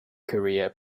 career